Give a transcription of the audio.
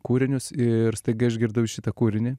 kūrinius ir staiga išgirdau šitą kūrinį